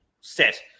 set